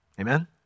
Amen